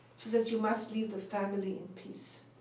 she says, you must leave the family in peace.